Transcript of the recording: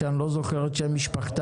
שאני לא זוכר את שם משפחתה.